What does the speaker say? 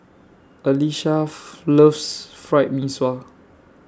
Alesha loves Fried Mee Sua